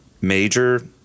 major